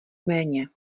méně